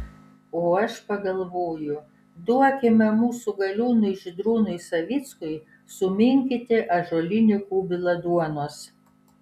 o aš pagalvoju duokime mūsų galiūnui žydrūnui savickui suminkyti ąžuolinį kubilą duonos